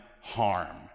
harm